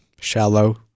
shallow